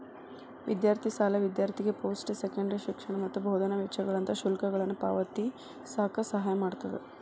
ವಿದ್ಯಾರ್ಥಿ ಸಾಲ ವಿದ್ಯಾರ್ಥಿಗೆ ಪೋಸ್ಟ್ ಸೆಕೆಂಡರಿ ಶಿಕ್ಷಣ ಮತ್ತ ಬೋಧನೆ ವೆಚ್ಚಗಳಂತ ಶುಲ್ಕಗಳನ್ನ ಪಾವತಿಸಕ ಸಹಾಯ ಮಾಡ್ತದ